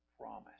promise